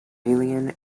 alien